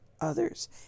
others